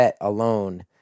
alone